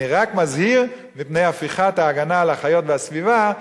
אני רק מזהיר מפני הפיכת ההגנה על החיות והסביבה למשהו,